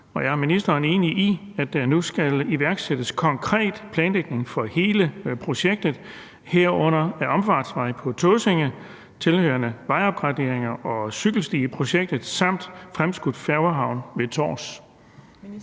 og er ministeren enig i, at der nu skal iværksættes konkret planlægning for hele projektet, herunder af omfartsvej på Tåsinge, tilhørende vejopgraderinger og cykelsti i projektet samt fremskudt færgehavn ved Tårs?